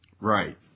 Right